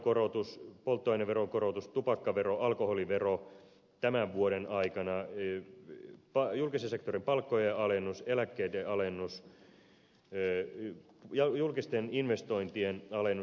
arvonlisäveronkorotus polttoaineveronkorotus tupakkavero alkoholivero tämän vuoden aikana julkisen sektorin palkkojen alennus eläkkeiden alennus julkisten investointien alennus